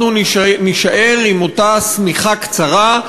אנחנו נישאר עם אותה שמיכה קצרה,